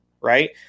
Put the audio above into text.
right